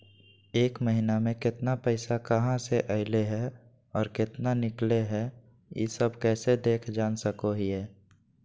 एक महीना में केतना पैसा कहा से अयले है और केतना निकले हैं, ई सब कैसे देख जान सको हियय?